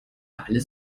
alles